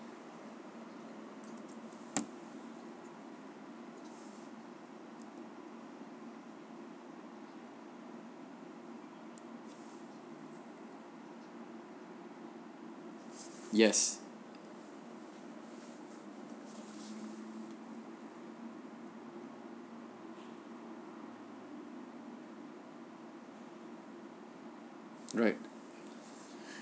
yes right